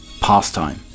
pastime